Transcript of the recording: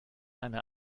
eine